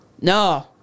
No